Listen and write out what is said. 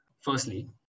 firstly